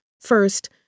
First